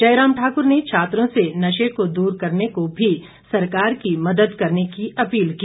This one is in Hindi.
जयराम ठाकुर ने छात्रों से नशे को दूर करने को भी सरकार की मदद करने की अपील की